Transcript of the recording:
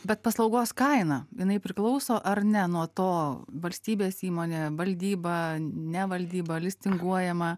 bet paslaugos kaina jinai priklauso ar ne nuo to valstybės įmonė valdyba ne valdyba listinguojama